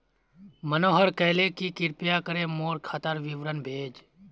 मनोहर कहले कि कृपया करे मोर खातार विवरण भेज